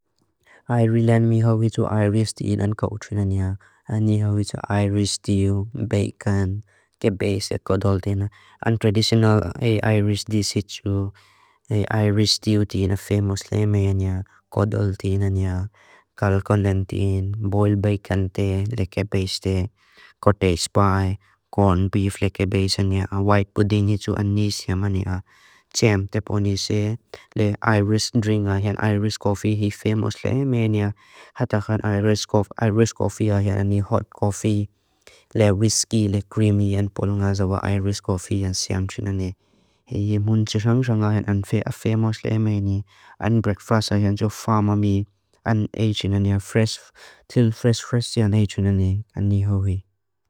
Ireland miha witu iris ti'in an ka'u trinania. Niha witu iris ti'u bacon ke baise kodol tina. Untraditional ay iris disitu. Ay iris ti'u ti'in a famous lemeniania. Kodol tina nia. Carl Collins ti'in boiled bacon te leke baise te. Cottage pie, corned beef leke baise nia. White pudding hitu an nisiama nia. Jam te ponise. Le iris drink an iris coffee hi famous lemeniania. Hatakhan iris coffee an hot coffee. Le whiskey le creamy an polo nga zawa iris coffee an siama tina nia. Heye mun tisa nga an famous lemeniania. An breakfast an jo farm a mi. An ay tina nia fresh, til fresh fresh tina ay tina nia. An niha wii.